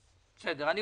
אז גם אנחנו